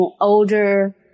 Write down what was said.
older